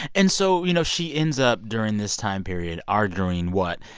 and so, you know, she ends up during this time period arguing what?